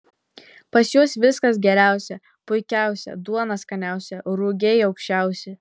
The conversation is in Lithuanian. pas juos viskas geriausia puikiausia duona skaniausia rugiai aukščiausi